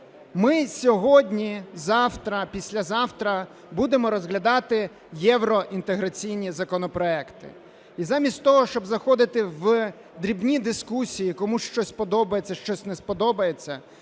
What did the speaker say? Ми сьогодні, завтра, післязавтра будемо розглядати євроінтеграційні законопроекти. І замість того, щоб заходити в дрібні дискусії, комусь щось подобається, щось не подобається,